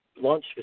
launch